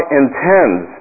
intends